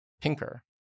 Pinker